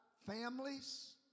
families